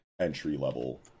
entry-level